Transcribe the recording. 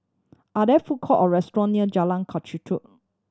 are there food court or restaurant near Jalan